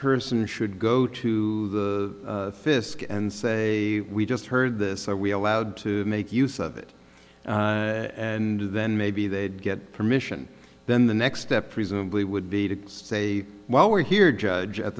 person should go to fisk and say we just heard this are we allowed to make use of it and then maybe they'd get permission then the next step presumably would be to say well we're here judge at